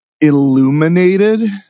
illuminated